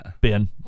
Ben